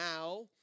now